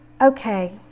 Okay